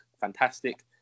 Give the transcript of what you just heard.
fantastic